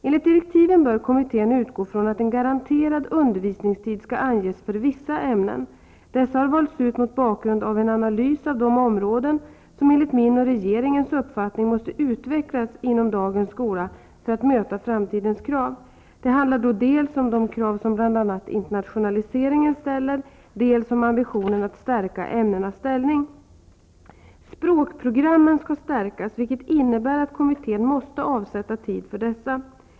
Enligt direktiven bör kommittén utgå från att en garanterad undervisningstid skall anges för vissa ämnen. Dessa har valts ut mot bakgrund av en analys av de områden som, enligt min och regeringens uppfattning, måste utvecklas inom dagens skola för att möta framtidens krav. Det handlar då dels om de krav som bl.a. internationaliseringen ställer, dels om ambitionen att stärka ämnenas ställning. Språkprogrammen skall stärkas, vilket innebär att kommittén måste avsätta tid för dessa.